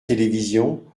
télévision